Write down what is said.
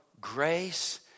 grace